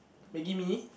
maggie-mee